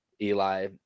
Eli